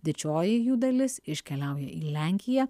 didžioji jų dalis iškeliauja į lenkiją